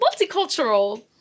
multicultural